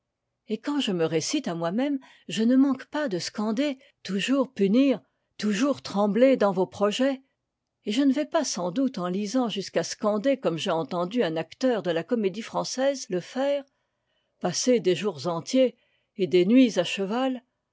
et quand je me récite à moi-même je ne manque pas de scander toujours punir toujours trembler dans vos projets et je ne vais pas sans doute en lisant jusqu'à scander comme j'ai entendu un acteur de la comédie française le faire passer des jours entiers et des nuits à cheval